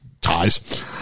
ties